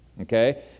Okay